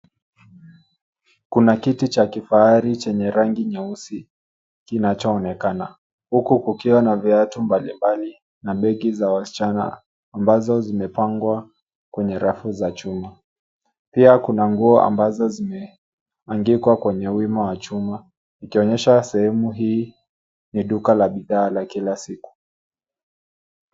Kuna kiti cha kifahari chenye rangi nyeusi, kinachoonekana. Huku kukiwa na viatu mbalimbali, na mengi za wasichana, ambazo zimepangwa kwenye rafu za chuma. Pia kuna nguo ambazo zimeangikwa kwenye wima wa chuma, ikionyesha sehemu hii ni duka la bidhaa la kila siku.